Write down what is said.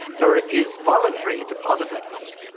there is voluntary deposit limits.